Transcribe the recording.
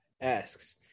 asks